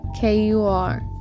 KUR